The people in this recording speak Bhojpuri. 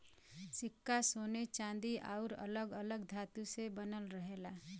सिक्का सोने चांदी आउर अलग अलग धातु से बनल रहेला